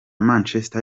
manchester